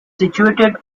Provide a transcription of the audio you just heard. situated